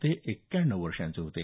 ते एक्क्याण्णव वर्षांचे होते